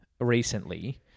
recently